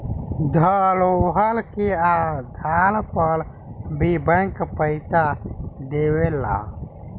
धरोहर के आधार पर भी बैंक पइसा देवेला